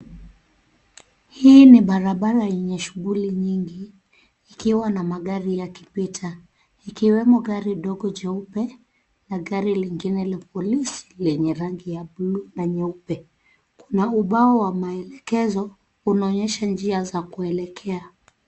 Hii ni barabara yenye shughuli nyingi ikiwa na magari yakipita ikiwemo gari dogo jeupe na gari lingine la polisi lenye rangi ya bluu na nyeupe. Kuna uba wa maelekezo unaonyesha njia za kuelekea.